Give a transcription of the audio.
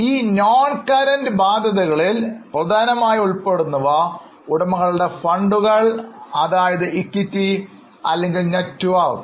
ഈ non current ബാധ്യതകളിൽ പ്രധാനമായും ഉൾപ്പെടുന്നവ ഉടമകളുടെ ഫണ്ടുകൾ അതായത് ഇക്വിറ്റി അല്ലെങ്കിൽ നെറ്റ് വർത്ത്